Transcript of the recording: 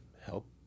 help